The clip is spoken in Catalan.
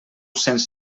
cents